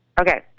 Okay